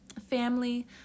family